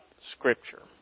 scripture